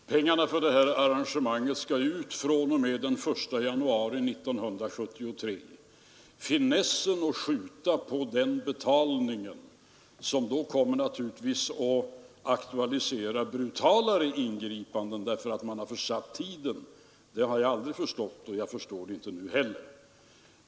Herr talman! Pengarna för det här arrangemanget skall ut fr.o.m. den 1 januari 1973. Finessen med att skjuta på betalningen, något som naturligtvis aktualiserar brutalare ingripanden därför att man försuttit tiden, har jag aldrig förstått, och jag förstår den inte nu heller.